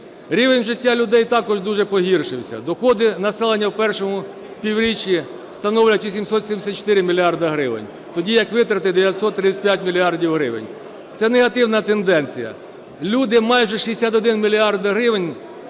Рівень життя людей також дуже погіршився, доходи населення в першому півріччі становлять 874 мільярди гривень, тоді як витрати – 935 мільярдів гривень. Це негативна тенденція. Люди майже 61 мільярд